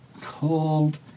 cold